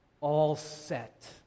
all-set